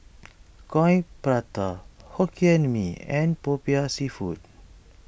Coin Prata Hokkien Mee and Popiah Seafood